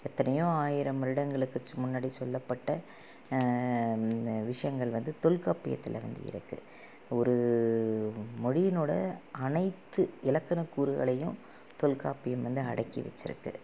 எத்தனையோ ஆயிரம் வருடங்களுக்கு சு முன்னாடி சொல்லப்பட்ட விஷயங்கள் வந்து தொல்காப்பியத்தில் வந்து இருக்குது ஒரு மொழியினோடய அனைத்து இலக்கண கூறுகளையும் தொல்காப்பியம் வந்து அடக்கி வெச்சுருக்கு